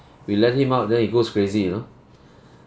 we let him out then he goes crazy you know